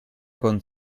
con